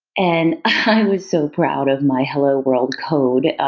and i was so proud of my hello world code